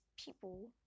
people